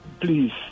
please